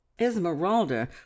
esmeralda